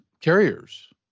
carriers